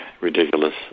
ridiculous